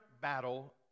battle